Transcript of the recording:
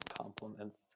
Compliments